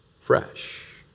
fresh